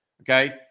Okay